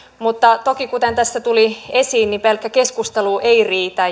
mutta toki kuten tässä tuli esiin pelkkä keskustelu ei riitä